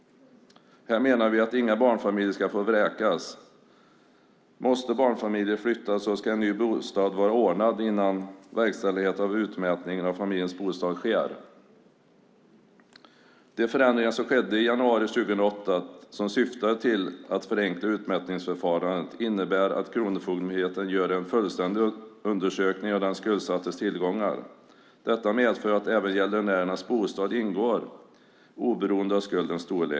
Vi menar att inga barnfamiljer ska få vräkas. Måste barnfamiljer flytta ska en ny bostad vara ordnad innan verkställighet av utmätning av familjens bostad sker. De förändringar som skedde i januari 2008 som syftade till att förenkla utmätningsförfarandet innebär att Kronofogdemyndigheten gör en fullständig undersökning av den skuldsattes tillgångar. Det medför att även gäldenärens bostad ingår oberoende av skuldens storlek.